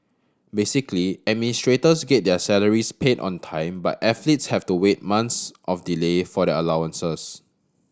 basically administrators get their salaries paid on time but athletes have to wait months of delay for their allowances